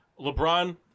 LeBron